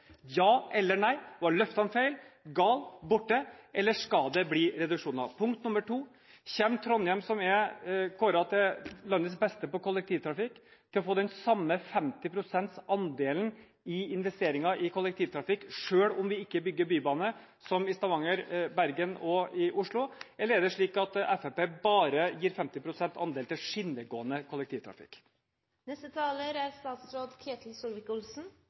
Ja eller nei – var løftene feil, gale, borte, eller skal det blir reduksjoner? Og: Kommer Trondheim, som er kåret til landets beste på kollektivtrafikk, til å få den samme 50 pst. andelen i investeringer i kollektivtrafikk selv om vi ikke bygger bybane, som i Stavanger, i Bergen og i Oslo, eller er det slik at Fremskrittspartiet bare gir 50 pst. andel til skinnegående kollektivtrafikk? Det er